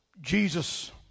Jesus